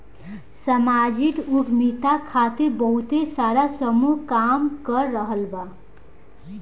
सामाजिक उद्यमिता खातिर बहुते सारा समूह काम कर रहल बा